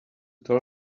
tell